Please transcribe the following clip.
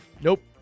Nope